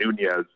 Nunez